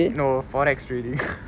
no forex trading